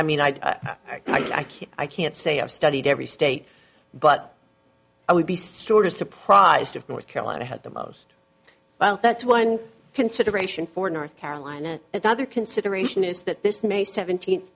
i mean i i can't i can't say i've studied every state but i would be sort of surprised if north carolina had the most well that's one consideration for north carolina the other consideration is that this may seventeenth